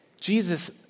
Jesus